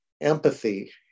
empathy